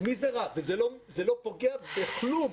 זה לא פוגע בכלום.